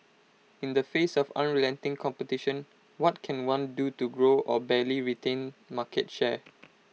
in the face of unrelenting competition what can one do to grow or barely retain market share